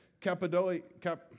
Cappadocia